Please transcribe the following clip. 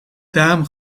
daarom